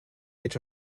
age